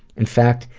in fact,